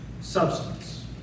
substance